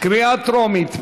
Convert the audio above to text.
קריאה טרומית.